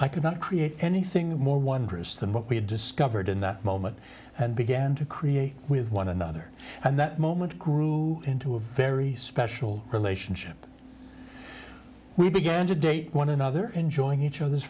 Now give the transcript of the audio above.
i could not create anything more wondrous than what we had discovered in the moment and began to create with one another and that moment grew into a very special relationship we began to date one another enjoying each other's